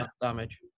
damage